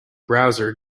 browser